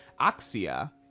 axia